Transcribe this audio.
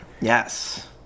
Yes